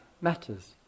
matters